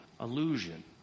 illusion